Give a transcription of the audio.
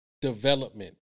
development